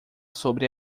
sobre